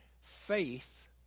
faith